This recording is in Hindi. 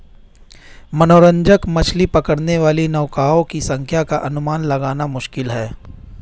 मनोरंजक मछली पकड़ने वाली नौकाओं की संख्या का अनुमान लगाना मुश्किल है